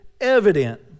evident